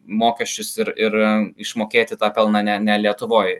mokesčius ir ir išmokėti tą pelną ne ne lietuvoj